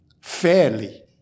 fairly